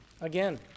Again